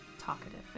talkative